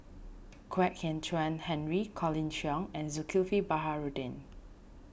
Kwek Hian Chuan Henry Colin Cheong and Zulkifli Baharudin